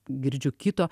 girdžiu kito